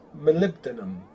Molybdenum